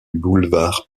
boulevard